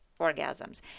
orgasms